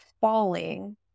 falling